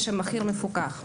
יש שם מחיר מפוקח.